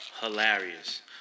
hilarious